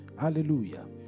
Hallelujah